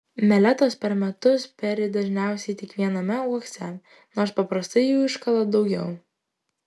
meletos per metus peri dažniausiai tik viename uokse nors paprastai jų iškala daugiau